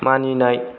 मानिनाय